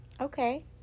Okay